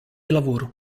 lavoro